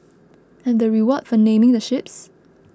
and the reward for naming the ships